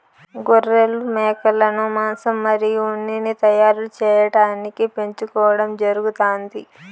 గొర్రెలు, మేకలను మాంసం మరియు ఉన్నిని తయారు చేయటానికి పెంచుకోవడం జరుగుతాంది